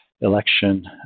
election